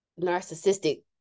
narcissistic